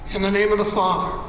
in the name of the law.